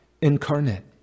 incarnate